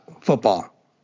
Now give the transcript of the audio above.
football